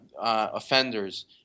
offenders